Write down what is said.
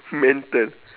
mental